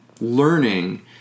learning